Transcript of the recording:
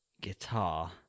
guitar